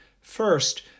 First